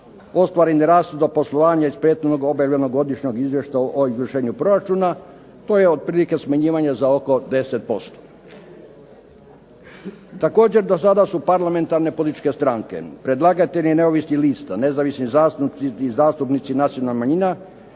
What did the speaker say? ostvarenih rasta poslovanja iz prethodno objavljenog godišnjeg izvještaja državnog proračuna. To je otprilike smanjivanje za oko 10%. Također do sada su parlamentarne političke stranke predlagatelji neovisnih lista, nezavisni zastupnici i zastupnici